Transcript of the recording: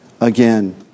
again